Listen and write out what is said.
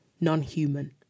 non-human